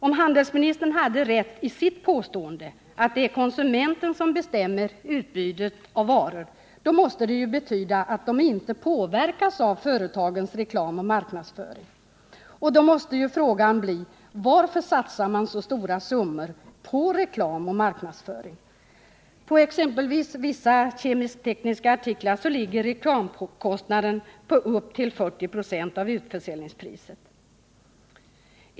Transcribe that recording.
Om händelsministern hade rätt i sitt påstående att det är konsumenten som betämmer utbudet av varor, då måste det ju betyda att de inte påverkas av företagens reklam och marknadsföring. Och då måste ju frågan bli varför man satsar så stora summor på reklam och marknadsföring. På exempelvis vissa kemisk-tekniska artiklar ligger reklamkostnaden på upp till 40 26 av utförsäljningspriset.